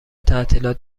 تعطیلات